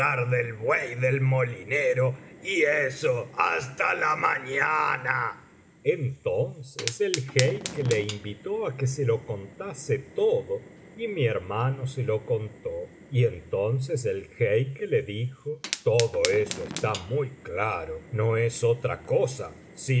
del buey del molinero y eso hasta la mañana entonces el jeique le invitó á que se lo contase todo y mi hermano se lo contó y entonces el jeique le dijo todo eso está muy claro no es otra cosa sino